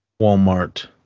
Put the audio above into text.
Walmart